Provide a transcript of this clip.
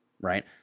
right